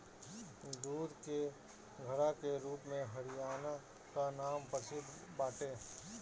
दूध के घड़ा के रूप में हरियाणा कअ नाम प्रसिद्ध बाटे